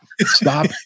stop